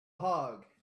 hog